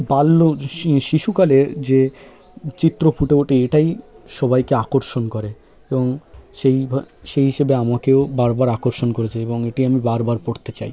বাল্য শিশুকালের যে চিত্র ফুটে ওঠে এটাই সবাইকে আকর্ষণ করে এবং সেই ভা সেই হিসেবে আমাকেও বার বার আকর্ষণ করেছে এবং এটি আমি বার বার পড়তে চাই